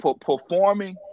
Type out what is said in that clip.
performing